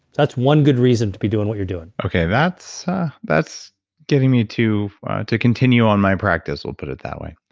that's one good reason to be doing what you're doing that's that's getting me to to continue on my practice. we'll put it that way.